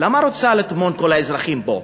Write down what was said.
למה היא רוצה לטמון את כל האזרחים בו,